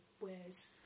wears